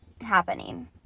happening